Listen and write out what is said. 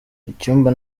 icyumba